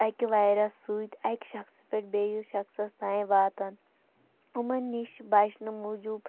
اَکہِ وایرس سۭتۍ اَکہِ شخصہٕ پٮ۪ٹھ بیٚیِس شخصس تام واتان یِمن نِش بچہٕ نہٕ موٗجوٗب